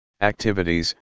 activities